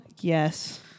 yes